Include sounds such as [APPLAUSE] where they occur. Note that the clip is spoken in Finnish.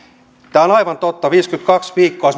tämä on aivan totta viisikymmentäkaksi viikkoa [UNINTELLIGIBLE]